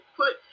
put